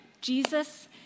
Jesus